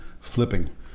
flipping